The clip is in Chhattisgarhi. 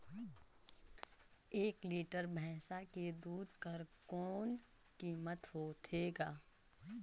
एक लीटर भैंसा के दूध कर कौन कीमत होथे ग?